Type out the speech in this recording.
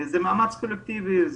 זה מאמץ קולקטיבי,